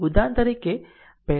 ઉદાહરણ તરીકે પહેલા